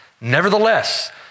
Nevertheless